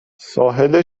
ساحل